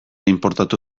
inportatu